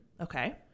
Okay